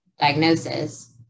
diagnosis